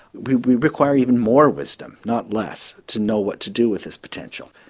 we we require even more wisdom not less to know what to do with this potential.